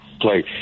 play